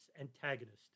antagonist